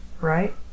Right